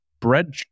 bread